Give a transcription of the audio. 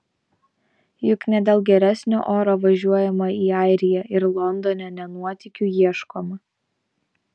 juk ne dėl geresnio oro važiuojama į airiją ir londone ne nuotykių ieškoma